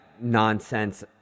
nonsense